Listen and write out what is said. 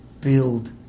build